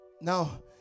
Now